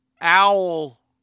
owl